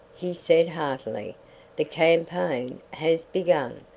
he said heartily the campaign has begun.